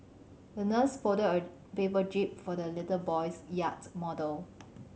the nurse folded a paper jib for the little boy's yacht model